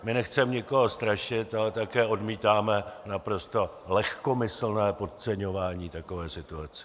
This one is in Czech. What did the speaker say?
My nechceme nikoho strašit, ale také odmítáme naprosto lehkomyslné podceňování takové situace.